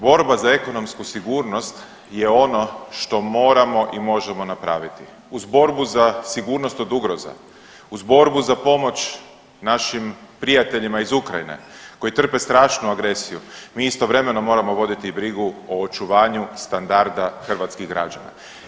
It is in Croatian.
Borba za ekonomsku sigurnost je ono što moramo i možemo napraviti, uz borbu za sigurnost od ugroza, uz borbu za pomoć našim prijateljima iz Ukrajine koji trpe strašnu agresiju, mi istovremeno moramo voditi i brigu o očuvanju standarda hrvatskih građana.